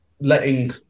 letting